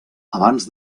abans